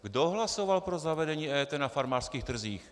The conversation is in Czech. Kdo hlasoval pro zavedení EET na farmářských trzích?